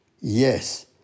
yes